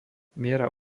miera